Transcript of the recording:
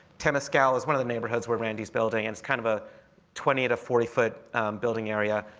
temescal is one of the neighborhoods where randy's building. it's kind of a twenty to forty foot building area.